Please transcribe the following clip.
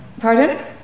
Pardon